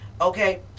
Okay